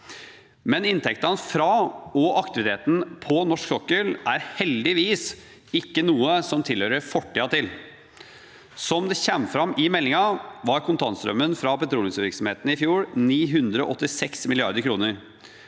dag. Inntektene fra og aktiviteten på norsk sokkel er heldigvis ikke noe som hører fortiden til. Som det kommer fram i meldingen, var kontantstrømmen fra petroleumsvirksomheten i fjor på 986 mrd. kr.